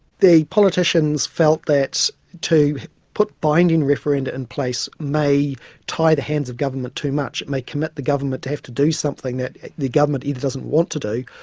the politicians felt that to put binding referenda in place may tie the hands of government too much, may commit the government to have to do something that the government either doesn't want to do,